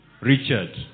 Richard